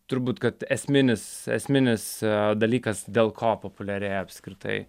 turbūt kad esminis esminis dalykas dėl ko populiaria apskritai